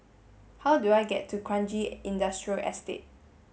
how do I get to Kranji Industrial Estate